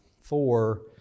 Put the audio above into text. four